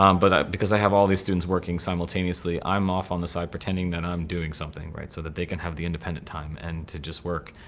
um but ah because i have all these students working simultaneously i'm off on the side pretending that i'm doing something so that they can have the independent time and to just work.